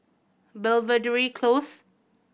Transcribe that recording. Belvedere Close